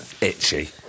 Itchy